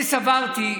סברתי,